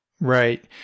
Right